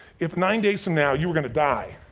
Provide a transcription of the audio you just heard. if nine days from now you were gonna die,